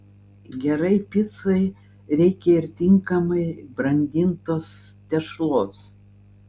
gerai picai reikia ir tinkamai brandintos tešlos